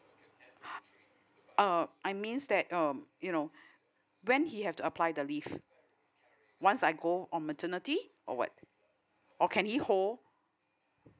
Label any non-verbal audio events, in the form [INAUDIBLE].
[BREATH] uh I means that um you know when he have to apply the leave once I go on maternity or what or can he hold